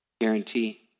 guarantee